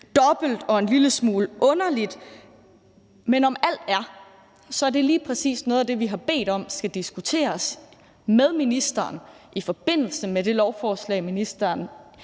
dobbelt og en lille smule underligt. Men hvorom alting er, er det lige præcis noget af det, vi har bedt om skal diskuteres med ministeren i forbindelse med det lovforslag, ministeren